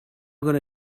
going